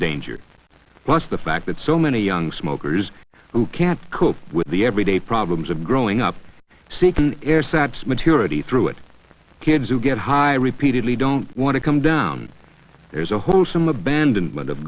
danger plus the fact that so many young smokers who can't cope with the everyday problems of growing up seek an ersatz maturity through it kids who get high repeatedly don't want to come down there's a hole some abandonment